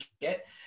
get